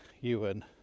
Ewan